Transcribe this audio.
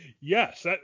Yes